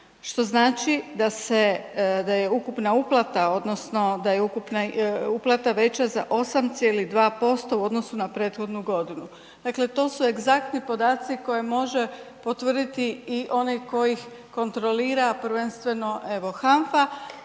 odnosno da je uplata veća za 8,2% u odnosu na prethodnu godinu. Dakle to su egzaktni podaci koje može potvrditi i onaj tko ih kontrolira, a prvenstveno,